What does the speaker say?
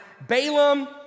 Balaam